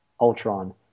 Ultron